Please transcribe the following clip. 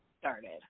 started